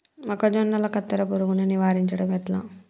మొక్కజొన్నల కత్తెర పురుగుని నివారించడం ఎట్లా?